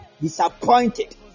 disappointed